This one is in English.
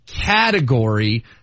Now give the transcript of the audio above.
category